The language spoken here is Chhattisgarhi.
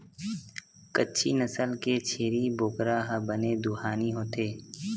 कच्छी नसल के छेरी बोकरा ह बने दुहानी होथे